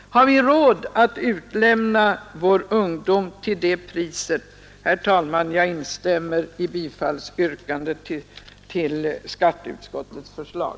Har vi råd att utlämna vår ungdom till det priset? Herr talman! Jag instämmer i yrkandet om bifall till skatteutskottets hemställan.